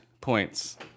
points